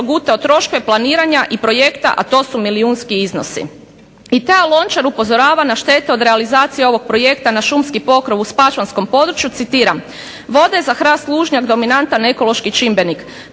progutao troškove planiranja i projekta, a to su milijunski iznosi. I taj Lončar upozorava na štete od realizacije ovog projekta na šumski pokrov u spačvanskom području, citiram: Voda je za hrast lužnjak dominantan ekonomski čimbenik.